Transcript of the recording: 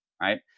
Right